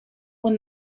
when